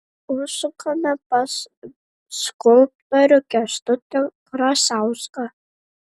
užsukame pas skulptorių kęstutį krasauską